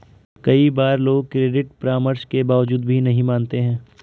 कई बार लोग क्रेडिट परामर्श के बावजूद भी नहीं मानते हैं